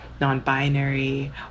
non-binary